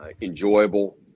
enjoyable